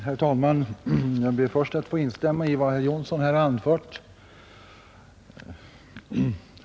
Herr talman! Jag ber först att få instämma i vad herr Jonsson har anfört.